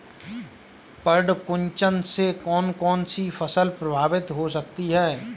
पर्ण कुंचन से कौन कौन सी फसल प्रभावित हो सकती है?